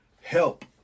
help